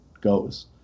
goes